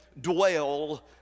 dwell